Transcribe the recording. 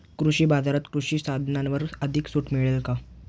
कृषी बाजारात कृषी साधनांवर अधिक सूट मिळेल का?